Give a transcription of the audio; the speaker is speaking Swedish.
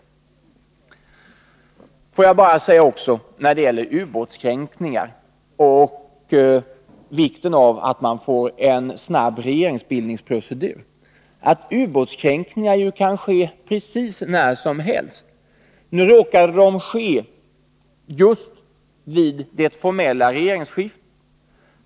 Låt mig säga något om ubåtskränkningar och vikten av att man får en snabb regeringsbildningsprocedur. Ubåtskränkningar kan ske precis när som Nr 154 helst. Nu råkade de ske just vid det formella regeringsskiftet.